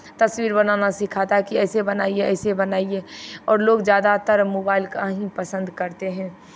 तस्वीर बनाना सिखाता कि ऐसे बनाइये ऐसे बनाइये और लोग ज़्यादातर मोबाइल का ही पसंद करते हैं